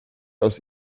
aus